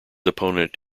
opponent